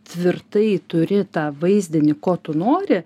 tvirtai turi tą vaizdinį ko tu nori